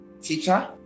teacher